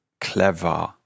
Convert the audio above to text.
clever